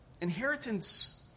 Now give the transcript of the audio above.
Inheritance